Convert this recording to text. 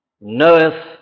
knoweth